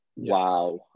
Wow